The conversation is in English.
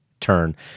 turn